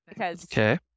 Okay